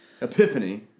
epiphany